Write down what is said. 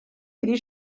iddi